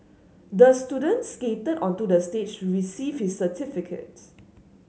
the students skated onto the stage receive his certificate